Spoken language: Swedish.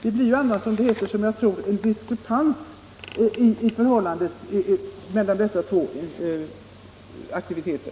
Det blir annars en s.k. diskrepans mellan dessa två typer av aktiviteter.